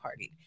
partied